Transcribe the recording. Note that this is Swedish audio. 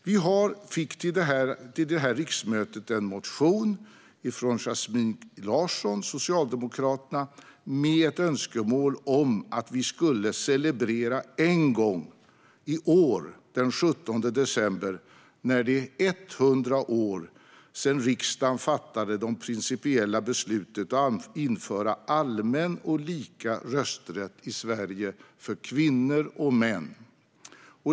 Vi fick till det här riksmötet en motion från Yasmine Larsson, Socialdemokraterna, med ett önskemål om att vi skulle celebrera en gång i år, den 17 december, när det är 100 år sedan riksdagen fattade det principiella beslutet om att införa allmän och lika rösträtt i Sverige för kvinnor och män.